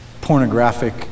pornographic-